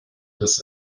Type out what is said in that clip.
des